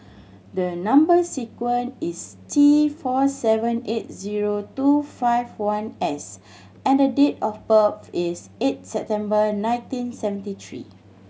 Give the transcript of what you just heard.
the number sequence is T four seven eight zero two five one S and the date of birth is eight September nineteen seventy three